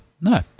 No